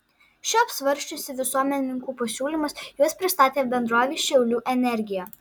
ši apsvarsčiusi visuomenininkų pasiūlymus juos pristatė bendrovei šiaulių energija